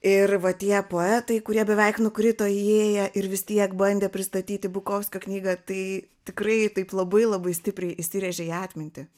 ir va tie poetai kurie beveik nukrito įėję ir vis tiek bandė pristatyti bukovskio knygą tai tikrai taip labai labai stipriai įsirėžė į atmintį